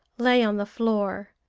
lay on the floor,